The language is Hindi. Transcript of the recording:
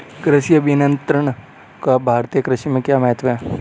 कृषि अभियंत्रण का भारतीय कृषि में क्या महत्व है?